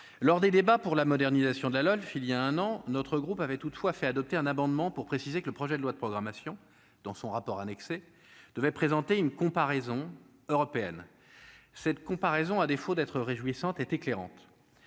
lors des débats pour la modernisation de la LOLF il y a un an, notre groupe avait toutefois fait adopter un amendement pour préciser que le projet de loi de programmation dans son rapport annexé devait présenter une comparaison européenne cette comparaison, à défaut d'être réjouissantes est éclairante,